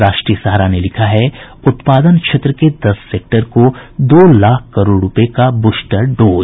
राष्ट्रीय सहारा ने लिखा है उत्पादन क्षेत्र के दस सेक्टर को दो लाख करोड़ रूपये का बूस्टर डोज